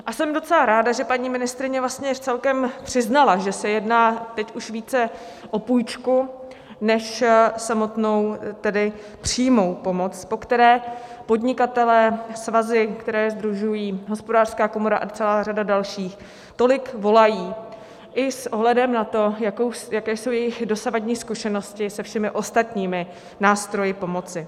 A jsem docela ráda, že paní ministryně vlastně celkem přiznala, že se jedná teď už více o půjčku než samotnou přímou pomoc, po které podnikatelé, svazy, které je sdružují, Hospodářská komora a celá řada dalších, tolik volají i s ohledem na to, jaké jsou jejich dosavadní zkušenosti se všemi ostatními nástroji pomoci.